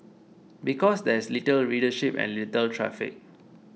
because there is little readership and little traffic